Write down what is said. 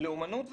לאמנות ותרבות,